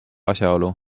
asjaolu